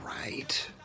right